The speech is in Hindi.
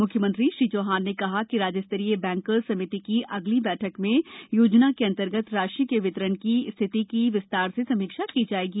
म्ख्यमंत्री श्री चौहान ने कहा कि राज्य स्तरीय बैंकर्स समिति की अगली बैठक में योजना के अंतर्गत राशि के वितरण की स्थिति की विस्तार से समीक्षा की जाएगी